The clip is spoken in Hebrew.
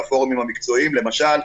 למשל,